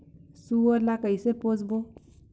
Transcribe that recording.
सुअर ला कइसे पोसबो?